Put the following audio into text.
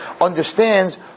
understands